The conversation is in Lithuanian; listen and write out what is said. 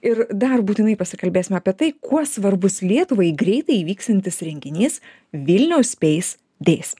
ir dar būtinai pasikalbėsime apie tai kuo svarbus lietuvai greitai įvyksiantis renginys vilniaus space days